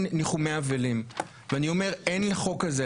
ניחומי אבלים ואני אומר שאין לחוק הזה,